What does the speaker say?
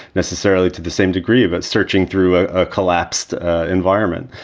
necessarily to the same degree, but searching through a ah collapsed environment.